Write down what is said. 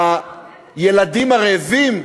לילדים הרעבים?